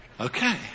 Okay